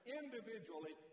individually